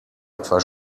etwa